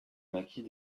maquis